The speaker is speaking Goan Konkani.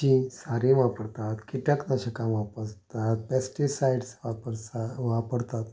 जीं सारीं वापरतात किटक नाशकां वापरतात पॅस्टिसायड्स वापरसा वापरतात